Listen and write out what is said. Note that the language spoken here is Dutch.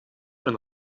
een